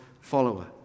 follower